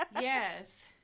Yes